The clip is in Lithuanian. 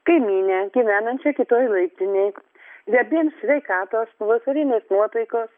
kaimynę gyvenančią kitoj laiptinėj abiem sveikatos pavasarinės nuotaikos